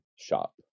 shop